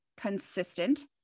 consistent